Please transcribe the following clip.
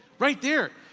right there,